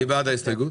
מי בעד ההסתייגות?